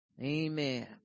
Amen